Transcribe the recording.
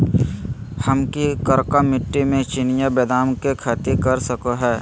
हम की करका मिट्टी में चिनिया बेदाम के खेती कर सको है?